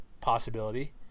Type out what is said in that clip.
possibility